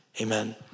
amen